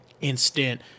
instant